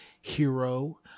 hero